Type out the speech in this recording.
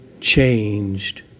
Changed